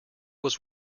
was